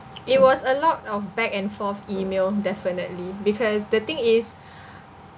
it was a lot of back and forth email definitely because the thing is